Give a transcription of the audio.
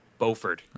Beauford